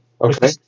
okay